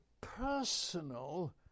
personal